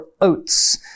oats